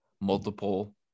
multiple